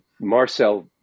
Marcel